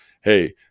hey